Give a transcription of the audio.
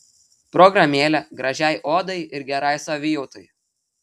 programėlė gražiai odai ir gerai savijautai